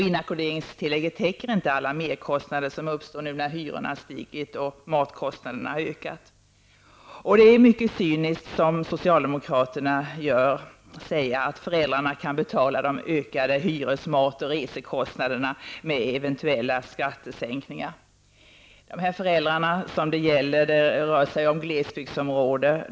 Inackorderingstillägget täcker inte alla merkostnader som uppstår nu när hyrorna stigit och matkostnaderna ökat. Det är mycket cyniskt att, som socialdemokraterna gör, säga att föräldrarna kan betala de ökade hyres-, mat och resekostnaderna med eventuella skattesänkningar. De föräldrar det gäller bor i glesbygdsområden.